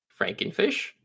Frankenfish